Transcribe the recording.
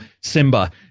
Simba